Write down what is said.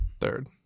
Third